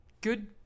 good